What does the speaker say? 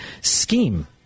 scheme